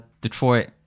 Detroit